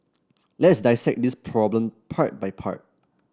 let's dissect this problem part by part